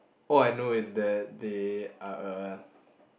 all I know is that they are a